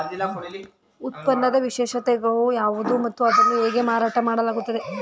ಉತ್ಪನ್ನದ ವಿಶೇಷತೆಗಳು ಯಾವುವು ಮತ್ತು ಅದನ್ನು ಹೇಗೆ ಮಾರಾಟ ಮಾಡಲಾಗುತ್ತದೆ?